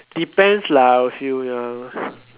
depends lah I will feel ya